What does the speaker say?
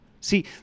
See